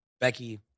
Becky